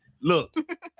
Look